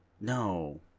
No